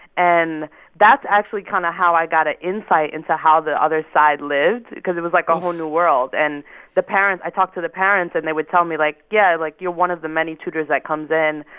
and that's actually kind of how i got an insight into how the other side lived because it was like a whole new world. and the parents i talked to the parents and they would tell me, like, yeah, like, you're one of the many tutors that comes in,